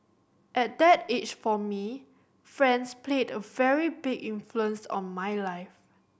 at that age for me friends played a very big influence on my life